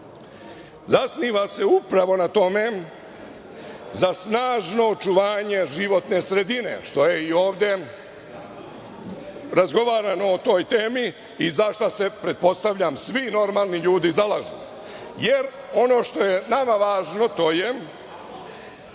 zasniva se upravo na tome za snažno očuvanje životne sredine, što je i ovde razgovarano o toj temi i zašta se, pretpostavljam svi normalni ljudi zalažu, jer ono što je nama važno to je,